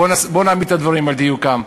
נעמיד את הדברים על דיוקם: